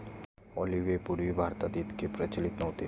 olive पूर्वी भारतात इतके प्रचलित नव्हते